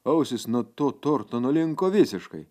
ausys nuo to torto nulinko visiškai